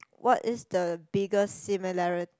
what is the biggest similari